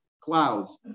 clouds